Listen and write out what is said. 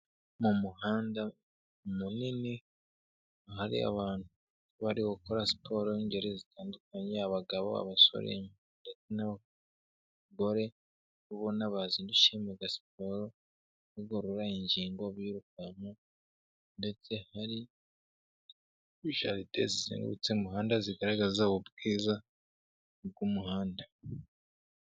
Mu muhanda munini hari abantu bari gukora siporo y'ingeri zitandukanye abagabo, abasore ndetse n'abagore. Ubona bazindukiye muga siporo kugorora ingingo birukanka ndetse hari jaride zizengurutse umuhanda zigaragaza ubwiza bw'umuhanda.